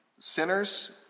sinners